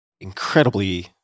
incredibly